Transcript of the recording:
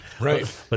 Right